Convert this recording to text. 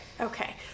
okay